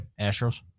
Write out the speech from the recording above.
Astros